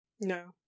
no